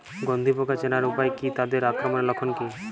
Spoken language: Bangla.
গন্ধি পোকা চেনার উপায় কী তাদের আক্রমণের লক্ষণ কী?